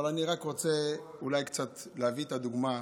אבל אני רק רוצה אולי קצת להביא את הדוגמה.